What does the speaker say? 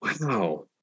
Wow